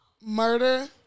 murder